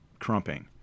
crumping